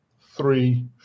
Three